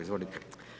Izvolite.